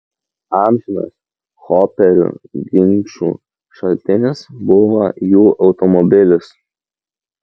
amžinas hoperių ginčų šaltinis buvo jų automobilis